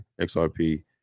XRP